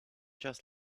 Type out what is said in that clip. just